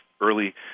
early